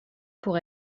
pour